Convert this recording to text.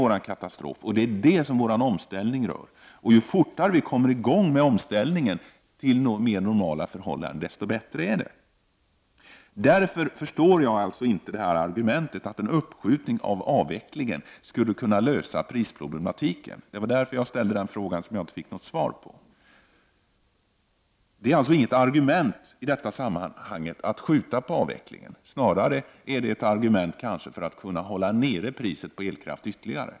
Det är katastrofen, och det är det som miljöpartiets omställning rör. Ju fortare omställningen till mera normala förhållanden kommer i gång, desto bättre är det. Därför förstår jag inte argumentet att en uppskjuten avveckling skulle kunna lösa prisproblematiken. Jag ställde en fråga om det som jag inte fick något svar på. Det här är snarare ett argument för att kunna hålla priset på elkraft ytterligare.